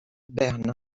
berne